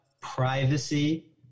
privacy